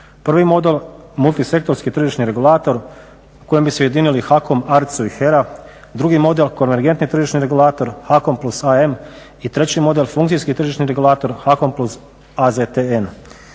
Prvi model multi sektorski tržišni regulator u kojem bi se ujedinili HAKOM, ARCU i HERA. Drugi model konvergentni tržišni regulator HAKOM plus AM i treći model funkcijski tržišni regulator HAKOM plus AZTN.